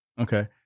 Okay